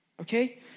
okay